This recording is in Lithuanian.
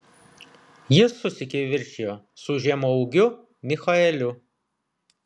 jis susikivirčijo su žemaūgiu michaeliu